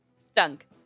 Stunk